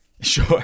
sure